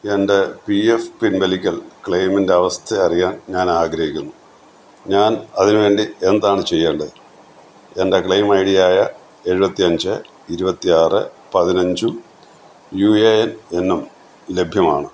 എൻ്റെ P F പിൻവലിക്കൽ ക്ലെയിമിൻ്റെ അവസ്ഥ അറിയാൻ ഞാനാഗ്രഹിക്കുന്നു ഞാൻ അതിനു വേണ്ടി എന്താണ് ചെയ്യേണ്ടത് എന്റെ ക്ലെയിം ഐ ഡിയായ എഴുപത്തി അഞ്ച് ഇരുപത്തിയാറ് പതിനഞ്ചും യൂ എ എൻ എന്നും ലഭ്യമാണ്